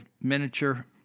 miniature